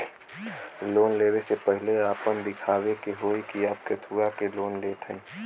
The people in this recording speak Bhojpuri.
लोन ले वे से पहिले आपन दिखावे के होई कि आप कथुआ के लिए लोन लेत हईन?